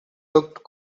looked